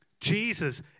Jesus